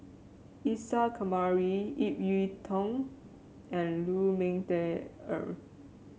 Isa Kamari Ip Yiu Tung and Lu Ming Teh Earl